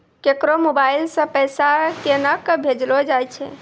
केकरो मोबाइल सऽ पैसा केनक भेजलो जाय छै?